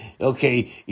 Okay